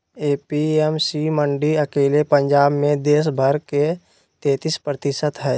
APMC मंडी अकेले पंजाब मे देश भर के तेतीस प्रतिशत हई